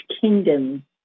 kingdom